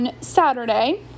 saturday